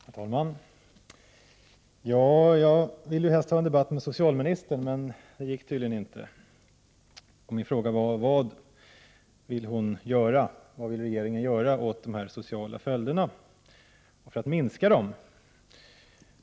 Herr talman! Jag hade helst velat ha en debatt med socialministern, men det gick tydligen inte. Min fråga var: Vad vill regeringen göra för att minska de sociala följderna av trafikolyckorna?